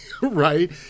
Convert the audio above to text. right